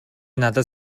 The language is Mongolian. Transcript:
надад